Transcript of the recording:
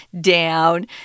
down